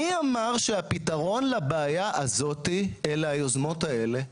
מי אמר שהפתרון לבעיה הזאתי אלו היוזמות האלה?